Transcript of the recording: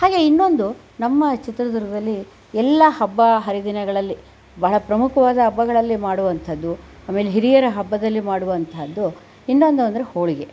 ಹಾಗೆ ಇನ್ನೊಂದು ನಮ್ಮ ಚಿತ್ರದುರ್ಗದಲ್ಲಿ ಎಲ್ಲ ಹಬ್ಬಹರಿದಿನಗಳಲ್ಲಿ ಬಹಳ ಪ್ರಮುಖವಾದ ಹಬ್ಬಗಳಲ್ಲಿ ಮಾಡುವಂಥದ್ದು ಆಮೇಲೆ ಹಿರಿಯರ ಹಬ್ಬಗಳಲ್ಲಿ ಮಾಡುವಂಥದ್ದು ಇನ್ನೊಂದು ಅಂದರೆ ಹೋಳಿಗೆ